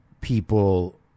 people